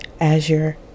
Azure